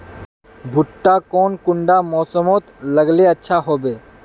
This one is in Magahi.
भुट्टा कौन कुंडा मोसमोत लगले अच्छा होबे?